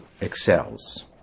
excels